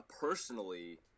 personally